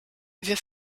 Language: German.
wir